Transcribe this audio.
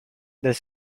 there